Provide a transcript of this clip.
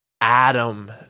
Adam